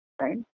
right